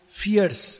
fears